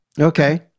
okay